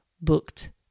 booked